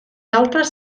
altres